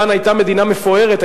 אירן היתה מדינה מפוארת,